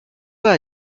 pas